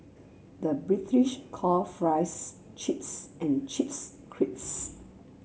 the British call fries chips and chips crisps